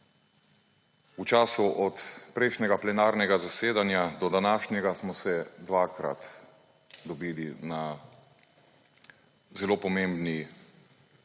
V času od prejšnjega plenarnega zasedanja do današnjega smo se dvakrat dobili na zelo pomembni